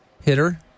hitter